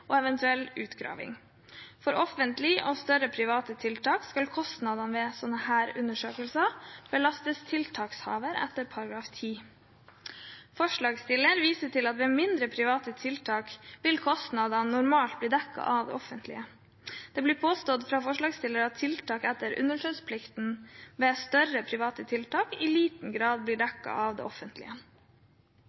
og eventuell utgraving. For offentlige og større private tiltak skal kostnadene ved slike undersøkelser belastes tiltakshaver etter § 10. Forslagsstillerne viser til at ved mindre, private tiltak vil kostnadene normalt bli dekket av det offentlige. Det blir påstått fra forslagsstillerne at tiltak etter undersøkelsesplikten ved større private tiltak i liten grad blir dekket av det offentlige.